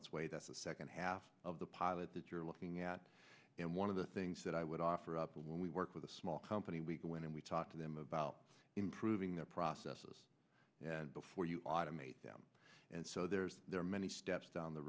its way that's the second half of the pilot that you're looking at and one of the things that i would offer up when we work with small company we go in and we talk to them about improving their processes before you automate them and so there's there are many steps down the